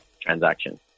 transaction